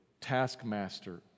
taskmaster